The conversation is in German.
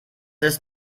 ist